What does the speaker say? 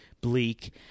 bleak